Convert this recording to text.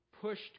pushed